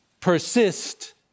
persist